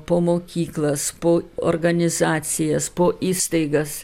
po mokyklas po organizacijas po įstaigas